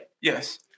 Yes